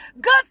Good